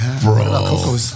Bro